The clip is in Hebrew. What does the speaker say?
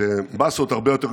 במאסות הרבה יותר גדולות,